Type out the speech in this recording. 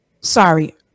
sorry